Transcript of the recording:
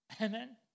Amen